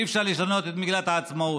אי-אפשר לשנות את מגילת העצמאות.